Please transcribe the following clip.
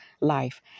life